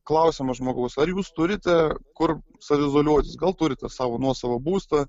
klausiama žmogaus ar jūs turite kur saviizoliuotis gal turite savo nuosavą būstą